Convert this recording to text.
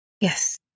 Yes